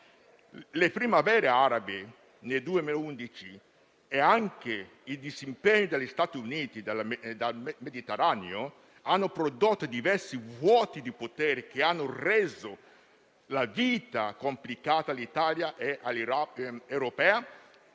Le primavere arabe nel 2011 e il disimpegno degli Stati Uniti nel Mediterraneo hanno prodotto diversi vuoti di potere che hanno reso la vita complicata all'Italia e all'Europa nei